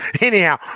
Anyhow